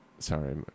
Sorry